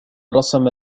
رسم